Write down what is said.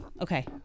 okay